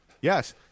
Yes